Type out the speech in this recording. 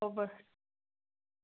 ꯍꯣꯏ ꯍꯣꯏ